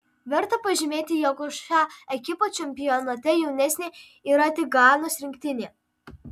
verta pažymėti jog už šią ekipą čempionate jaunesnė yra tik ganos rinktinė